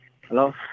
hello